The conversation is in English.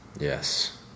Yes